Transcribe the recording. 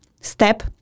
step